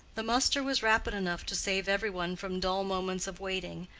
the muster was rapid enough to save every one from dull moments of waiting,